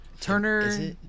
Turner